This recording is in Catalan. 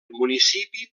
municipi